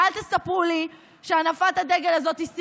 ואל תספרו לי שהנפת הדגל הזאת היא סמלית,